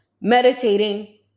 meditating